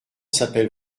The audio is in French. s’appelle